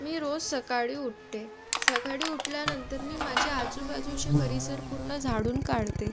मी रोज सकाळी उठते सकाळी उठल्यानंतर मी माझ्या आजूबाजूचे परिसर पूर्ण झाडून काढते